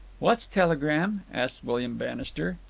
what's telegram? asked william bannister.